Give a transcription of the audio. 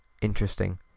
interesting